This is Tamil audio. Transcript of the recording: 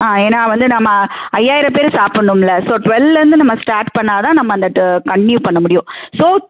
ஏன்னா வந்து நம்ம ஐயாயிரம் பேர் சாப்பண்ணும்ல ஸோ ட்வெல்லருந்து நம்ம ஸ்டார்ட் பண்ணா தான் நம்ம அந்த டு கன்ட்டினியூ பண்ண முடியும் ஸோ